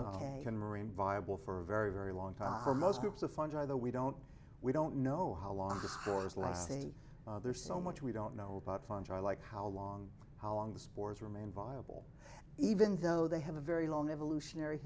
in marine viable for a very very long time for most groups of fungi though we don't we don't know how long the last thing there's so much we don't know about fungi like how long how long the spores remain viable even though they have a very long evolutionary